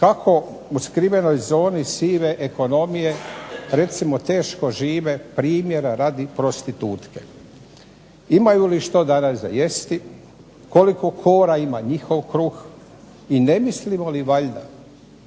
kako u skrivenoj zoni sive ekonomije recimo teško žive primjera radi prostitutke, imaju li što danas za jesti, koliko kora ima njihov kruh i ne mislimo li valjda